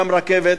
שם רכבת.